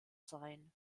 sein